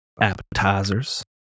appetizers